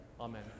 Amen